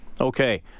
Okay